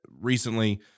recently